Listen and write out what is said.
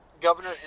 governor